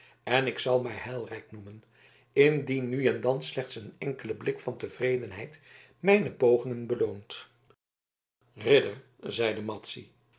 en ik zal mij heilrijk noemen indien nu en dan slechts een enkele blik van tevredenheid mijne pogingen beloont ridder zeide